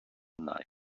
life